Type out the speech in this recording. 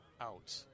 out